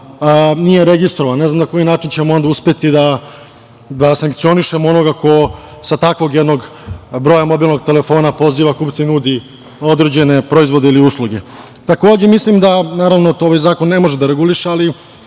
nije registrovan? Ne znam na koji način ćemo onda uspeti da sankcionišemo onoga ko sa takvog jednog broja mobilnog telefona poziva kupce i nudi određene proizvode ili usluge? Takođe, naravno, to ovaj zakon ne može da reguliše, ali